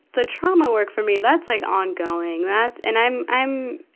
the trauma work for me, that's like ongoing. that, and i'm, i'm,